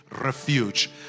refuge